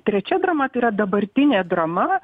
trečia drama tai yra dabartinė drama